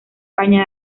caña